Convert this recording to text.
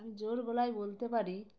আমি জোর গলাই বলতে পারি